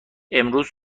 امروز